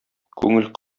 күңел